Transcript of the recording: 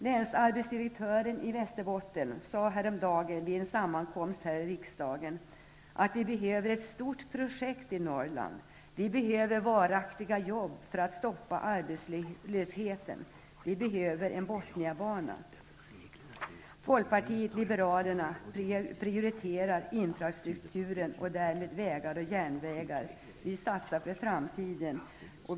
Länsarbetsdirektören i Västerbotten sade häromdagen vid en sammankomst här i riksdagen, att vi behöver ett stort projekt i Norrland, vi behöver varaktiga jobb för att stoppa arbetslösheten. Vi behöver en Botniabana. Vi i folkpartiet liberalerna prioriterar infrastrukturen och därmed vägar och järnvägar. Vi satsar för framtiden.